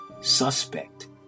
suspect